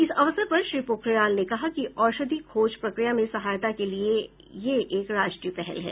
इस अवसर पर श्री पोखरियाल ने कहा कि औषधि खोज प्रक्रिया में सहायता के लिए यह एक राष्ट्रीय पहल है